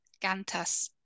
Gantas